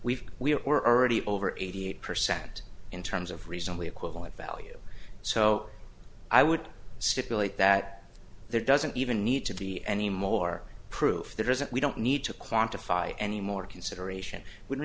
we've we're already over eighty eight percent in terms of reasonably equivalent value so i would stipulate that there doesn't even need to be anymore proof there isn't we don't need to quantify any more consideration wouldn't